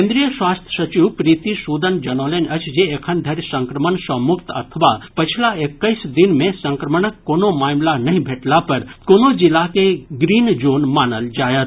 केन्द्रीय स्वास्थ्य सचिव प्रीति सूदन जनौलनि अछि जे एखनधरि संक्रमण सँ मुक्त अथवा पछिला एक्कैस दिन मे संक्रमणक कोनो मामिला नहि भेटला पर कोनो जिला के ग्रीन जोन मानल जायत